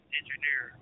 engineer